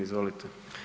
Izvolite.